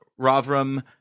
Ravram